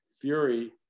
Fury